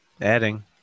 Adding